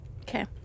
Okay